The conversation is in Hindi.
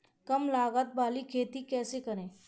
कम लागत वाली खेती कैसे करें?